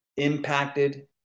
impacted